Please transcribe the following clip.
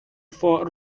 for